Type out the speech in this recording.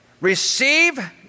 receive